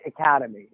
academy